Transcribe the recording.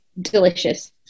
delicious